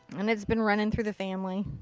and it's been running through the family.